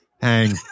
hang